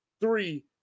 three